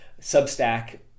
Substack